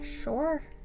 Sure